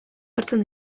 hartzen